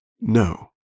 No